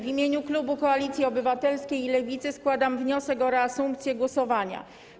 W imieniu klubu Koalicji Obywatelskiej i Lewicy składam wniosek o reasumpcję głosowania.